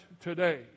today